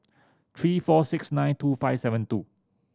three four six nine two five seven two